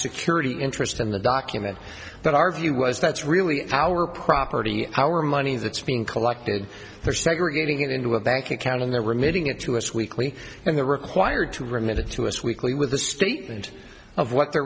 security interest in the document but our view was that's really our property our money that's being collected there segregating it into a bank account and they were emitting it to us weekly and the required to remit it to us weekly with a statement of what the